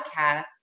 podcast